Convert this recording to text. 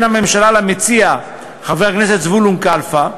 הממשלה למציע חבר הכנסת זבולון כלפה,